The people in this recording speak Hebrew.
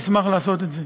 נשמח לעשות את זה.